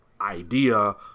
idea